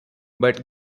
but